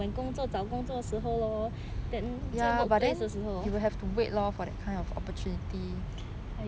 when 工作找工作的时候 lor then 在 workplace 的时候